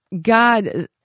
God